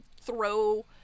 throw